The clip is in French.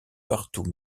partout